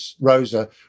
Rosa